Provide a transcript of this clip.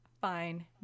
Fine